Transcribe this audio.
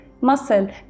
muscle